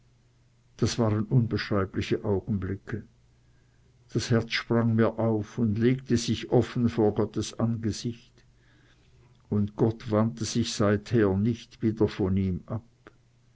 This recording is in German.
das waren unbeschreibliche augenblicke das herz sprang mir auf und legte sich offen vor gottes angesicht und gott wandte sich seither nicht wieder von ihm ab